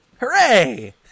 Hooray